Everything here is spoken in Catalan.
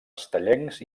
estellencs